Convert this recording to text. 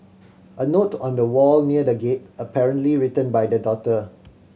a note on a wall near the gate apparently written by the daughter